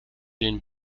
den